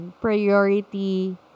priority